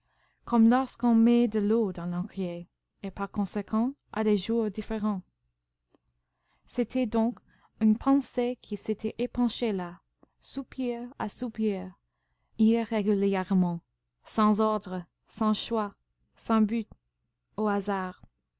comme lorsqu'on met de l'eau dans l'encrier et par conséquent à des jours différents c'était donc une pensée qui s'était épanchée là soupir à soupir irrégulièrement sans ordre sans choix sans but au hasard